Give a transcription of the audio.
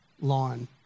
lawn